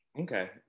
Okay